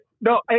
No